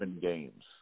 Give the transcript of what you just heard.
games